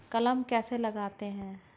कलम कैसे लगाते हैं?